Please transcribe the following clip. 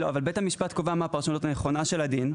בית המשפט קובע מהי הפרשנות הנכונה של הדין,